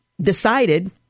decided